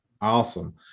awesome